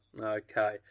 Okay